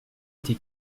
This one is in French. été